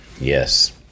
yes